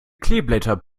kleeblätter